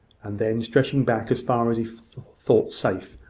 and then stretching back as far as he thought safe,